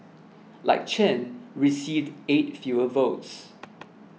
like Chen received eight fewer votes